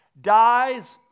dies